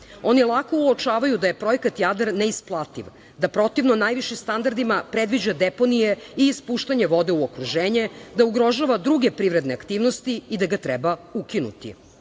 Oni lako uočavaju da je Projekat „Jadar“ neisplativ, da protivno najvišim standardima predviđa deponije i ispuštanje vode u okruženje, da ugrožava druge privredne aktivnosti i da ga treba ukinuti.